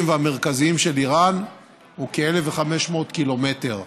והמרכזיים של איראן הוא כ-1,500 קילומטרים.